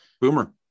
Boomer